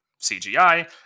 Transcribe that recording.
CGI